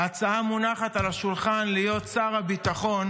הצעה מונחת על השולחן להיות שר הביטחון.